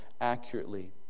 accurately